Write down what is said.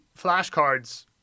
flashcards